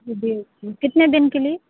जी जी कितने दिन के लिये